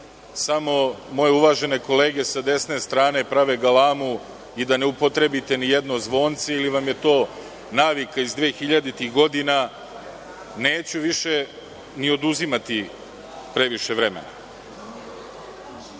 samo moje uvažene kolege sa desne strane prave galamu i da ne upotrebite ni jedno zvonce ili vam je to navika iz dvehiljaditih godina, neću više ni oduzimati previše vremena. Najbolje